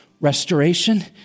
Restoration